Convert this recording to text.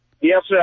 Yes